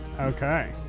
Okay